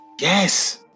Yes